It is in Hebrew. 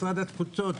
משרד התפוצות,